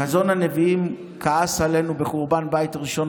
חזון הנביאים כעס עלינו בחורבן בית ראשון